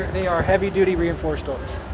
they are heavy-duty reinforced doors.